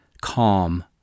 calm